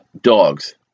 dogs